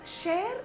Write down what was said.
share